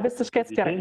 visiškai atskirai